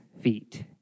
feet